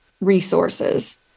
resources